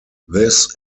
this